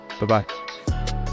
Bye-bye